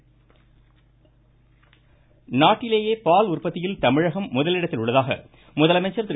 முதலமைச்சர் நாட்டிலேயே பால் உற்பத்தியில் தமிழகம் முதலிடத்தில் உள்ளதாக முதலமைச்சர் திரு